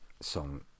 song